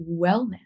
wellness